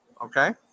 okay